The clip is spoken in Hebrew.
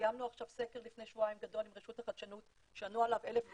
סיימנו לפני שבועיים סקר גדול עם רשות החדשנות שענו עליו 1,000 חברות,